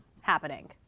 happening